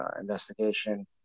investigation